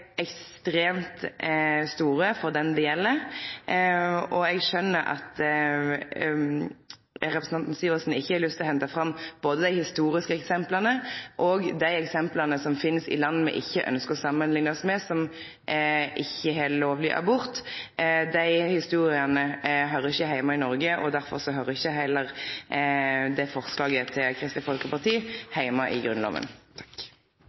ekstremt store for den det gjeld, og eg skjønner at representanten Syversen ikkje har lyst til å hente fram verken dei historiske eksempla eller dei eksempla som finst i land me ikkje ynskjer å samanlikne oss med, som ikkje har lovleg abort. Dei historiene høyrer ikkje heime i Noreg, og derfor høyrer heller ikkje forslaget til Kristeleg Folkeparti